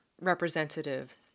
representative